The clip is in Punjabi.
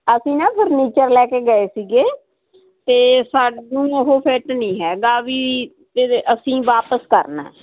ਅਸੀਂ ਨਾ ਫਰਨੀਚਰ ਲੈ ਕੇ ਗਏ ਸੀਗੇ ਤੇ ਸਾਨੂੰ ਉਹ ਫਿੱਟ ਨਹੀਂ ਹੈਗਾ ਵੀ ਅਸੀਂ ਵਾਪਸ ਕਰਨਾ